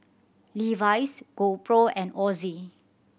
Levi's GoPro and Ozi